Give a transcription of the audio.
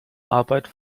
arbeit